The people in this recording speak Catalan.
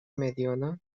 mediona